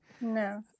No